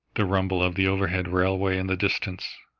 the rumble of the overhead railway in the distance,